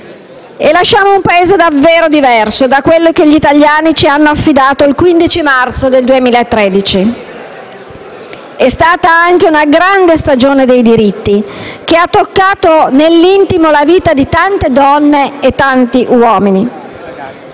e lasciamo un Paese davvero diverso da quello che gli italiani ci hanno affidato il 15 marzo 2013. È stata anche una grande stagione dei diritti, che ha toccato nell'intimo la vita di tante donne e di tanti uomini.